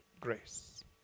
grace